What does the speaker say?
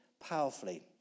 powerfully